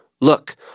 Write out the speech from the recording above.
look